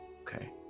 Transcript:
okay